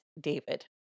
David